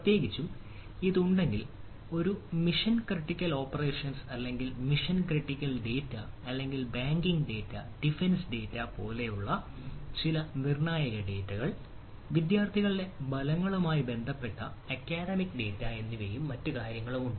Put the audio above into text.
പ്രത്യേകിച്ചും ഇത് ഉണ്ടെങ്കിൽ ഒരു മിഷൻ ക്രിട്ടിക്കൽ ഓപ്പറേഷൻസ് പോലുള്ള ചില നിർണായക ഡാറ്റ വിദ്യാർത്ഥികളുടെ ഫലങ്ങളുമായി ബന്ധപ്പെട്ട അക്കാദമിക് ഡാറ്റ എന്നിവയും മറ്റ് കാര്യങ്ങളും ഉണ്ട്